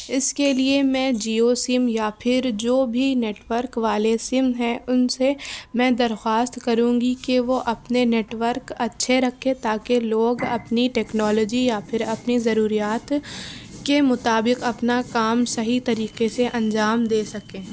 اس کے لیے میں جیو سم یا پھر جو بھی نیٹورک والے سم ہیں ان سے میں درخواست کروں گی کہ وہ اپنے نیٹورک اچھے رکھیں تاکہ لوگ اپنی ٹیکنالوجی یا پھر اپنی ضروریات کے مطابق اپنا کام صحیح طریقے سے انجام دے سکیں